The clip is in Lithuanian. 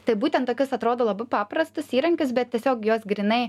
tai būtent tokius atrodo labai paprastus įrankius bet tiesiog juos grynai